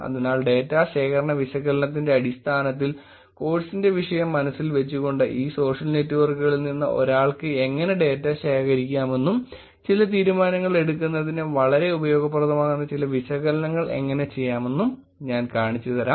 അതിനാൽ ഡാറ്റ ശേഖരണ വിശകലനത്തിന്റെ അടിസ്ഥാനത്തിൽ കോഴ്സിന്റെ വിഷയം മനസ്സിൽ വച്ചുകൊണ്ട് ഈ സോഷ്യൽ നെറ്റ്വർക്കുകളിൽ നിന്ന് ഒരാൾക്ക് എങ്ങനെ ഡേറ്റ ശേഖരിക്കാമെന്നും ചില തീരുമാനങ്ങൾ എടുക്കുന്നതിന് വളരെ ഉപയോഗപ്രദമാകുന്ന ചില വിശകലനങ്ങൾ എങ്ങനെ ചെയ്യാമെന്നും ഞാൻ കാണിച്ചുതരാം